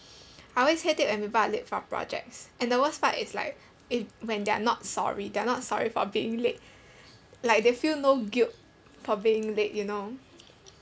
I always hate it when people are late for projects and the worst part is like if when they are not sorry they are not sorry for being late like they feel no guilt for being late you know